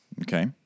Okay